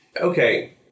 Okay